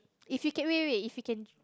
if you can wait wait wait if you can